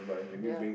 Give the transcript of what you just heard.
ya